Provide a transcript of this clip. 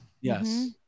yes